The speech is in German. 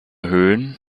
höhen